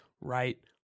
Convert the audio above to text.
right